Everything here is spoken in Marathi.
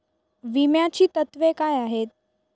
विम्याची तत्वे काय आहेत?